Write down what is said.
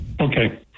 Okay